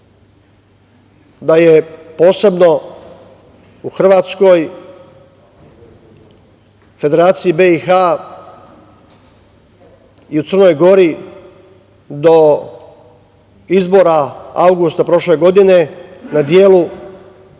da je posebno u Hrvatskoj, Federaciji BiH i u Crnoj Gori do izbora avgusta prošle godine na delu